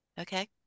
Okay